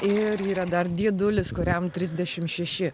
ir yra dar dėdulis kuriam trisdešim šeši